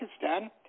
Pakistan